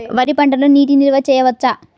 వరి పంటలో నీటి నిల్వ చేయవచ్చా?